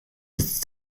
ist